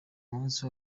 umunsi